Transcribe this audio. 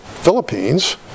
Philippines